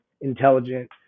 intelligent